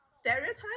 stereotype